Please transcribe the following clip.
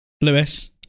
Lewis